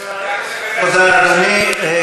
תודה לאדוני.